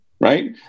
right